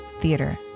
theater